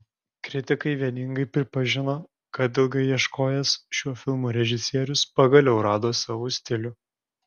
kritikai vieningai pripažino kad ilgai ieškojęs šiuo filmu režisierius pagaliau rado savo stilių